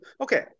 Okay